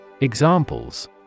Examples